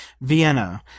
Vienna